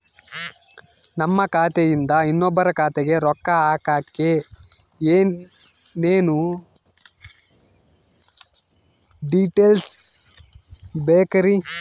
ನಮ್ಮ ಖಾತೆಯಿಂದ ಇನ್ನೊಬ್ಬರ ಖಾತೆಗೆ ರೊಕ್ಕ ಹಾಕಕ್ಕೆ ಏನೇನು ಡೇಟೇಲ್ಸ್ ಬೇಕರಿ?